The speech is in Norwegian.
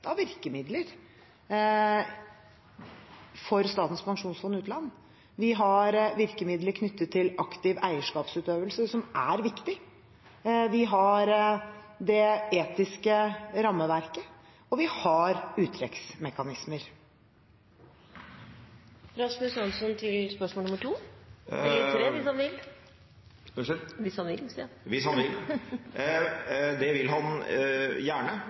av virkemidler for Statens pensjonsfond utland. Vi har virkemidler knyttet til aktiv eierskapsutøvelse, som er viktig. Vi har det etiske rammeverket, og vi har uttrekksmekanismer. Jeg vil gjerne følge opp på spørsmålet om hensikten med bruken av disse mekanismene, for fra regjeringens side har det